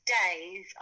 days